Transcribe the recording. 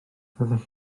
fyddech